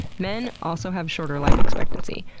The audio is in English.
men also have shorter life expectancy.